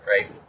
right